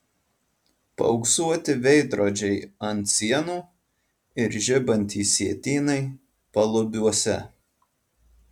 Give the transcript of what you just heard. paauksuoti veidrodžiai ant sienų ir žibantys sietynai palubiuose